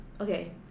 okay